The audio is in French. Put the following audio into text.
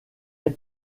est